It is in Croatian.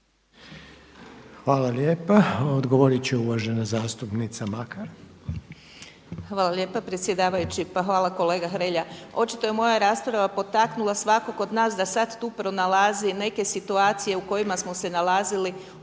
Hvala lijepo. Odgovoriti će uvažena zastupnica Makar. **Makar, Božica (HNS)** Hvala lijepa predsjedavajući. Pa hvala kolega Hrelja. Očito je moja rasprava potaknula svakog od nas da sada tu pronalazi neke situacije u kojima smo se nalazili upravo